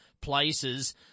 places